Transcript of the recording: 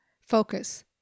focus